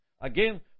again